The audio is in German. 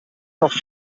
noch